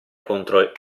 contro